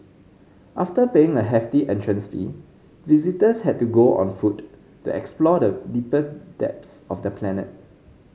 after paying a hefty entrance fee visitors had to go on foot to explore the deepest depths of the planet